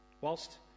Whilst